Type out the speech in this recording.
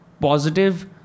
positive